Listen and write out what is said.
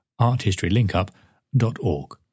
arthistorylinkup.org